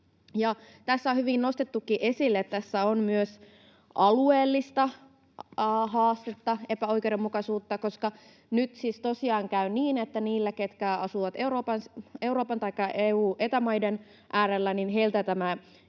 Tässä on hyvin nostettukin esille, että tässä on myös alueellista haastetta, epäoikeudenmukaisuutta, koska nyt siis tosiaan käy niin, että niillä, jotka asuvat Euroopassa EU‑ tai Eta-maissa, tämä